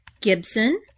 Gibson